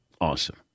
Awesome